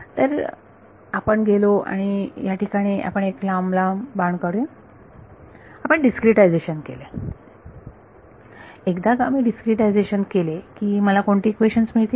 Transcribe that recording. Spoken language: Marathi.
तर आपण गेलो याठिकाणी आपण एक लांब लांब बाण काढू आपण डिस्क्रीटायझेशन केले एकदा का मी डिस्क्रीटायझेशन केले की मला कोणती इक्वेशन्स मिळतील